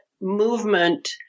movement